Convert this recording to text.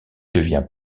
devient